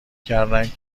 کردند